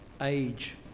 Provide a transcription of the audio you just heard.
age